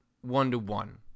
one-to-one